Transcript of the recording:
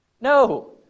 No